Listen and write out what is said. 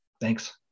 Thanks